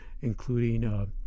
including